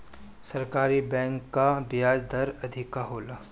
सरकारी बैंक कअ बियाज दर अधिका होला